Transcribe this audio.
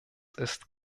ist